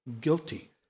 guilty